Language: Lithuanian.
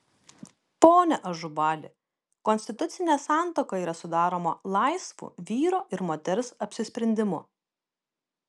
pone ažubali konstitucinė santuoka yra sudaroma laisvu vyro ir moters apsisprendimu